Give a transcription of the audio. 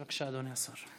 בבקשה, אדוני השר.